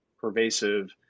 pervasive